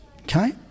okay